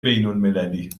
بینالمللی